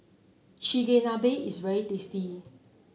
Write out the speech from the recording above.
chigenabe is very tasty